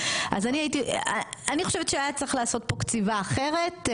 אני חושבת שהיה צריך לעשות פה כתיבה אחרת,